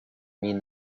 mean